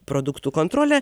produktų kontrolę